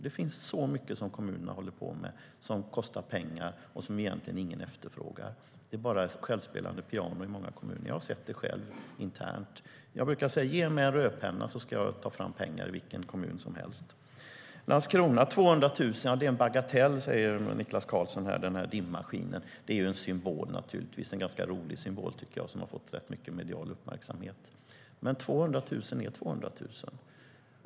Det finns så mycket som kommunerna håller på med som kostar pengar och som egentligen ingen efterfrågar. Det är bara självspelande pianon i många kommuner. Jag har sett det själv internt. Jag brukar säga: Ge mig en rödpenna, så ska jag ta fram pengar i vilken kommun som helst! 200 000 kronor för en dimmaskin i Landskrona är en bagatell, säger Niklas Karlsson. Det är naturligtvis en symbol, en ganska rolig sådan som har fått rätt mycket medial uppmärksamhet. Men 200 000 är 200 000.